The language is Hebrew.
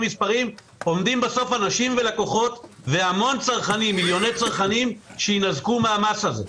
עומדים בסוף אנשים ולקוחת ומילוני צרכנים שיינזקו מהמס הזה.